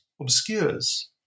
obscures